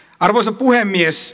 arvoisa puhemies